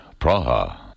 Praha